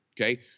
okay